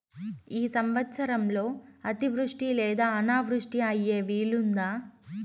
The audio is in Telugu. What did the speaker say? ఈ సంవత్సరంలో అతివృష్టి లేదా అనావృష్టి అయ్యే వీలుందా?